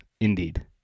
indeed